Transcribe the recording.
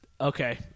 Okay